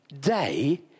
day